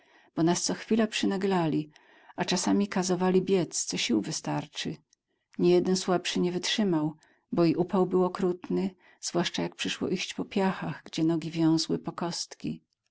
bo nas co chwila przynaglali a czasem kazowali biec co sił wystarczy niejeden słabszy nie wytrzymał bo i upał był okrutny zwłaszcza jak przyszło iść po piachach gdzie nogi wiązły po kostki